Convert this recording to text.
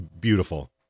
beautiful